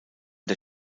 der